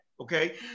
Okay